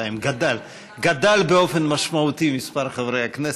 גדל באופן משמעותי מספר חברי הכנסת,